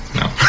No